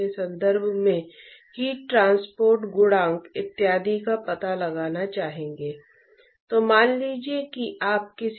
और कैसे heat transport गुणांक का अनुमान लगाया जाए